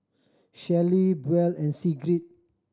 Shelley Buel and Sigrid